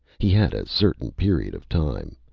he had a certain period of time,